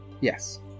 Yes